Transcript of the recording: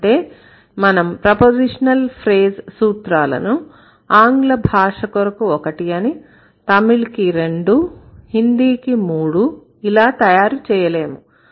అంటే మనం prepositional phrase సూత్రాలను ఆంగ్ల భాష కొరకు 1 అని తమిళ్ కి 2 హిందీ కి 3 ఇలా తయారు చేయలేము